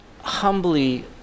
humbly